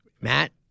Matt